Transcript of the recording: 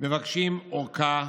מבקשים ארכה